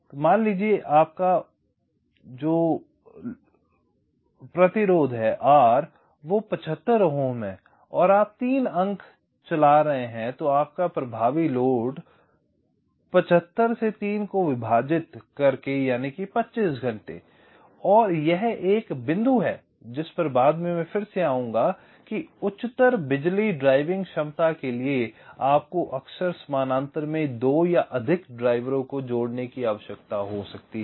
तो यदि आपका R 75 ओम है और आप 3 अंक चला रहे हैं तो एक प्रभावी लोड होगा यानि कि 25 घंटे और यह एक बिंदु है जिस पर बाद में मैं फिर से आऊंगा कि उच्चतर बिजली ड्राइविंग क्षमता के लिए आपको अक्सर समानांतर में 2 या अधिक ड्राइवरों को जोड़ने की आवश्यकता हो सकती है